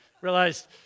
realized